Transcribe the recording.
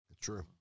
True